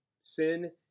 Sin